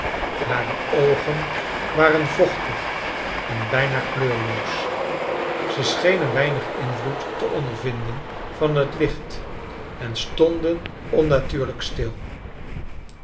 hare oogen waren vochtig en bijna kleurloos ze schenen weinig invloed te ondervinden van het hcht en s tonden onnatuurlijk stil